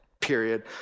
period